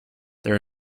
there